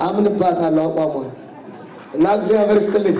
i'm not really